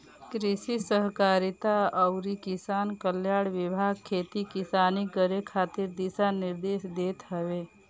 कृषि सहकारिता अउरी किसान कल्याण विभाग खेती किसानी करे खातिर दिशा निर्देश देत हवे